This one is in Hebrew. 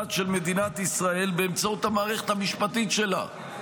המבצעת של מדינת ישראל באמצעות המערכת המשפטית שלה.